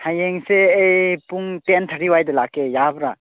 ꯍꯌꯦꯡꯁꯦ ꯑꯩ ꯄꯨꯡ ꯇꯦꯟ ꯊꯥꯔꯇꯤ ꯋꯥꯏꯗ ꯂꯥꯛꯀꯦ ꯌꯥꯕ꯭ꯔꯥ